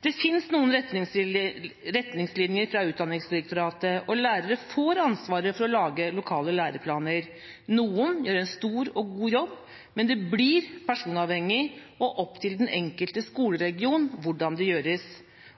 Det finnes noen retningslinjer fra Utdanningsdirektoratet, og lærere får ansvaret for å lage lokale læreplaner. Noen gjør en stor og god jobb, men det blir personavhengig og opp til den enkelte skoleregion hvordan det gjøres,